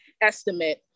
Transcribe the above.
estimate